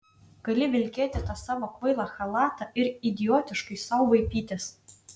gali vilkėti tą savo kvailą chalatą ir idiotiškai sau vaipytis